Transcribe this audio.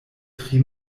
tri